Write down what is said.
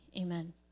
amen